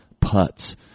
Putts